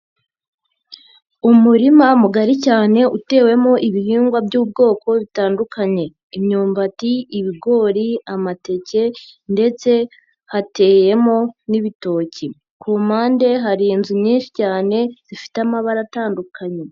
Umurima mugari cyane utewemo ibihingwa by'ubwoko bitandukanye. Imyumbati, ibigori, amateke ndetse hateyemo n'ibitoki. Ku mpande hari inzu nyinshi cyane, zifite amabara atandukanye.